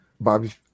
Bobby